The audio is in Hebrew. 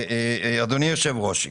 אדוני היושב ראש,